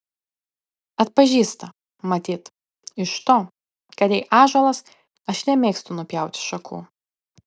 atpažįsta matyt iš to kad jei ąžuolas aš nemėgstu nupjauti šakų